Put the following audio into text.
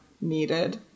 needed